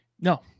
No